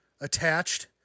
attached